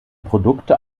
produkte